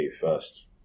first